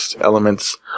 elements